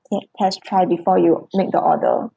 te~ test try before you make the order